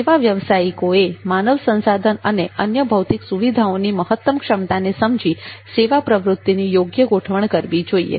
સેવા વ્યવસાયિકોએ માનવ સંસાધન અને અન્ય ભૌતિક સુવિધાઓની મહત્તમ ક્ષમતાને સમજી સેવા પ્રવૃત્તિની યોગ્ય ગોઠવણ કરવી જોઈએ